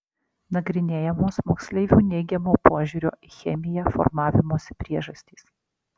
nagrinėjamos moksleivių neigiamo požiūrio į chemiją formavimosi priežastys